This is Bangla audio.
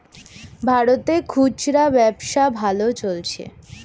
ভারতে খুচরা ব্যবসা ভালো চলছে